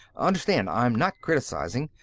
understand, i'm not criticizing.